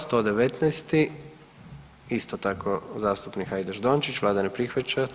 119. isto tako zastupnik Hajdaš Dončić, vlada ne prihvaća.